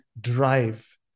drive